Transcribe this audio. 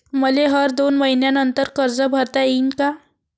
मले हर दोन मयीन्यानंतर कर्ज भरता येईन का?